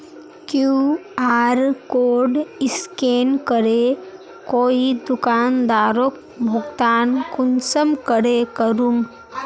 QR code scan करे कोई दुकानदारोक भुगतान कुंसम करे करूम?